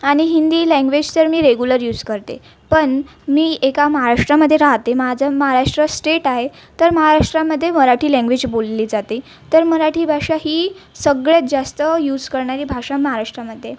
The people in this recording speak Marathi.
आणि हिंदी लँग्वेश तर मी रेगुलर यूस करते पण मी एका महाराष्ट्रामध्ये रहाते माझं महाराष्ट्र स्टेट आहे तर महाराष्ट्रामध्ये मराठी लँग्वेज बोलली जाते तर मराठी भाषा ही सगळ्यात जास्त यूस करणारी भाषा महाराष्ट्रामध्ये आहे